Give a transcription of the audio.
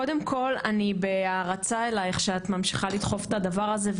קודם כל אני בהערצה אלייך שאת ממשיכה לדחוף את הדבר הזה,